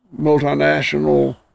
multinational